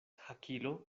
hakilo